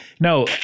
no